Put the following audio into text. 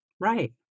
Right